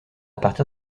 partir